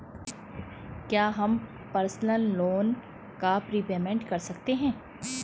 क्या हम personal loan का प्रीपेमेंट कर सकते हैं?